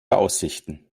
aussichten